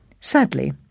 Sadly